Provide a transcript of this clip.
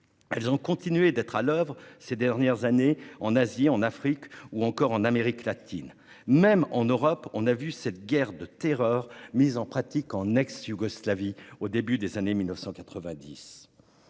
elles se sont poursuivies ces dernières décennies en Asie, en Afrique ou encore en Amérique latine. Même en Europe, on a vu cette guerre de terreur mise en pratique en ex-Yougoslavie au début des années 1990.